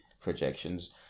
projections